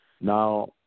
Now